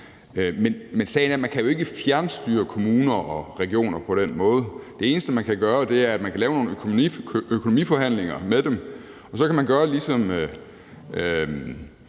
er, at man jo ikke kan fjernstyre kommuner og regioner på den måde. Det eneste, man kan gøre, er, at man kan lave nogle økonomiforhandlinger med dem, og så kan man gøre, ligesom